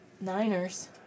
Niners